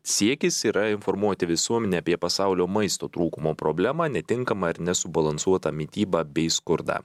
siekis yra informuoti visuomenę apie pasaulio maisto trūkumo problemą netinkamą ar nesubalansuotą mitybą bei skurdą